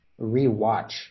rewatch